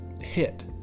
hit